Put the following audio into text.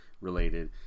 related